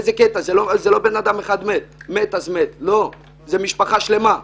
זה לא בן אדם אחד שמת, מדובר במשפחה שלמה.